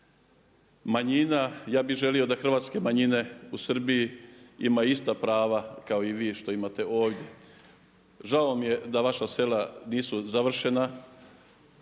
manjina ja bi želio da hrvatske manjine u Srbiji imaju ista prava kao i vi što imate ovdje. Žao mi je da vaša sela nisu završena